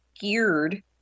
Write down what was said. geared